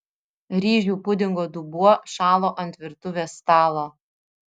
ryžių pudingo dubuo šalo ant virtuvės stalo